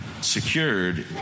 secured